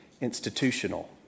institutional